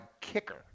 kicker